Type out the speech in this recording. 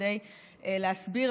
כדי להסביר,